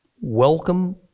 welcome